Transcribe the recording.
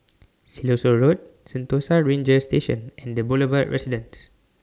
Siloso Road Sentosa Ranger Station and The Boulevard Residence